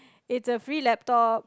it's a free laptop